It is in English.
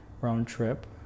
round-trip